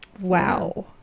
Wow